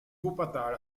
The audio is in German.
wuppertal